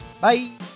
Bye